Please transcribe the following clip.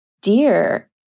dear